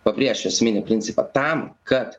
pabrėšiu esminį principą tam kad